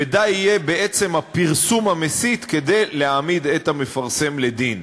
ודי יהיה בעצם הפרסום המסית כדי להעמיד את המפרסם לדין.